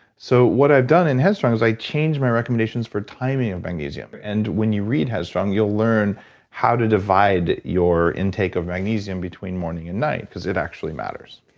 so what i've done in head strong is i change my recommendations for timing of magnesium and, when you read head strong, you'll learn how to divide your intake of magnesium between morning and night cause it actually matters.